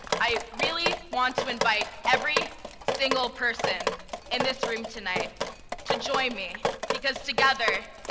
i really want to invite every single person in this room tonight to join me because together,